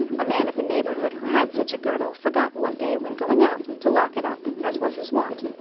a man of the neighbourhood, who had such a girdle, forgot one day when going out to lock it up, as was his wont.